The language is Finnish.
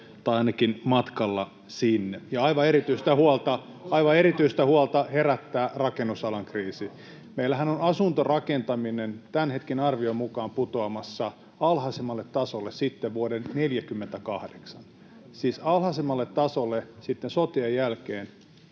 tai ainakin matkalla sinne, ja aivan erityistä huolta herättää rakennusalan kriisi. Meillähän on asuntorakentaminen tämän hetken arvion mukaan putoamassa alhaisimmalle tasolle sitten vuoden 48 — siis alhaisimmalle tasolle sotien jälkeen